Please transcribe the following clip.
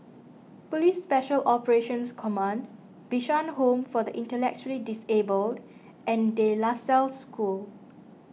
Police Special Operations Command Bishan Home for the Intellectually Disabled and De La Salle School